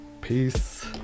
Peace